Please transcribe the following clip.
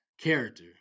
character